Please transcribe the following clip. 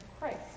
Christ